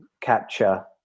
capture